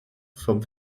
vom